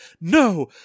no